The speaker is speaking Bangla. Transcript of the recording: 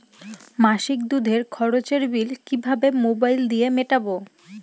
মাসিক দুধের খরচের বিল কিভাবে মোবাইল দিয়ে মেটাব?